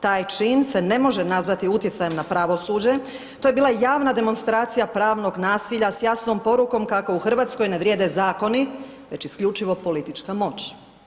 Taj čin se ne može nazvati utjecajem na pravosuđe, to je bila javna demonstracija pravnog nasilja, s jasnom porukom kako u Hrvatskoj ne vrijede zakoni, već isključivo politička moć.